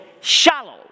shallow